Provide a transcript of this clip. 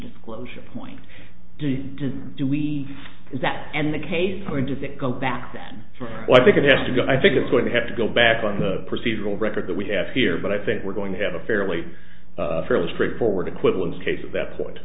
disclosure point do we that and the case when does it come back that's why i think it has to go i think it's going to have to go back on the procedural record that we have here but i think we're going to have a fairly fairly straightforward equivalence case of that point